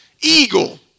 eagle